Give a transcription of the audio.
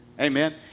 Amen